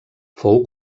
fou